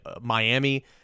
Miami